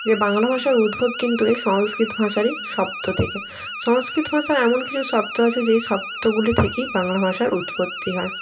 যে বাংলা ভাষার উদ্ভব কিন্তু এই সংস্কৃত ভাষারই শব্দ থেকে সংস্কৃত ভাষায় এমন কিছু শব্দ আছে যেই শব্দগুলি থেকেই বাংলা ভাষার উৎপত্তি হয়